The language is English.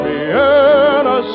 Vienna